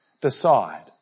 Decide